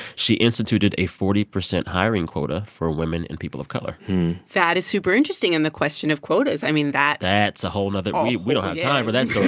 she instituted a forty percent hiring quota for women and people of color that is super interesting in the question of quotas. i mean, that. that's a whole another. oh yeah we don't have time for that story